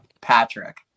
Patrick